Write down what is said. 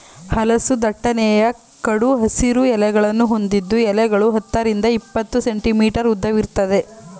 ಹಲಸು ದಟ್ಟನೆಯ ಕಡು ಹಸಿರು ಎಲೆಗಳನ್ನು ಹೊಂದಿದ್ದು ಎಲೆಗಳು ಹತ್ತರಿಂದ ಇಪ್ಪತ್ತು ಸೆಂಟಿಮೀಟರ್ ಉದ್ದವಿರ್ತದೆ